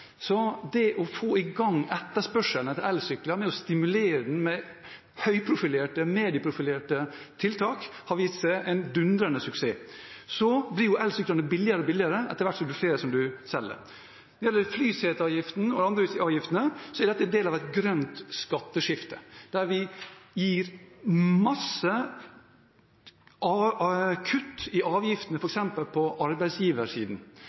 Så blir jo elsyklene billigere og billigere etter hvert som det selges flere. Når det gjelder flyseteavgiften og de andre avgiftene: Dette er en del av et grønt skatteskifte der vi gjør mange kutt i avgiftene, f.eks. på arbeidsgiversiden.